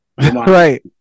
right